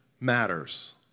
matters